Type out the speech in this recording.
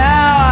Now